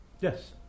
Yes